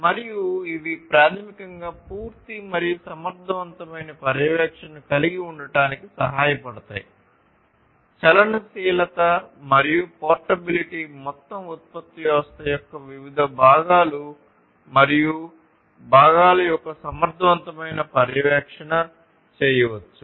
మరియు ఇవి ప్రాథమికంగా పూర్తి మరియు సమర్థవంతమైన పర్యవేక్షణను కలిగి ఉండటానికి సహాయపడతాయి చలనశీలత మరియు పోర్టబిలిటీ మొత్తం ఉత్పత్తి వ్యవస్థ యొక్క వివిధ భాగాలు మరియు భాగాలు యొక్క సమర్థవంతమైన పర్యవేక్షణ చేయవచ్చు